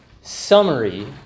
summary